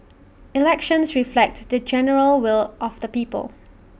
elections reflect the general will of the people